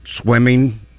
swimming